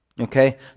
Okay